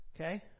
okay